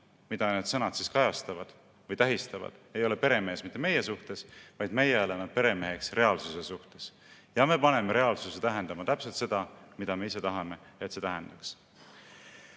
mida need sõnad kajastavad või tähistavad, ei ole peremeheks meie suhtes, vaid meie oleme peremeheks reaalsuse suhtes ja me paneme reaalsuse tähendama täpselt seda, mida me ise tahame, et see tähendaks.